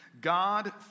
God